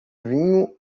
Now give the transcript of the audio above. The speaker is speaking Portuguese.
vinho